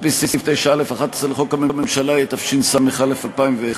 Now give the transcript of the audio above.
על-פי סעיף 9(א)(11) לחוק הממשלה, התשס"א 2001,